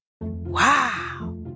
Wow